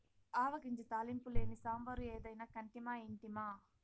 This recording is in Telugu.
ఆవ గింజ తాలింపు లేని సాంబారు ఏదైనా కంటిమా ఇంటిమా